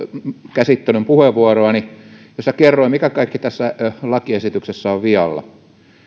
käsittelyn puheenvuoroani jossa kerroin mikä kaikki tässä lakiesityksessä on vialla